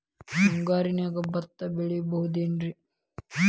ಮುಂಗಾರಿನ್ಯಾಗ ಭತ್ತ ಬೆಳಿಬೊದೇನ್ರೇ?